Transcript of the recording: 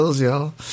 y'all